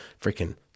freaking